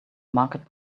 market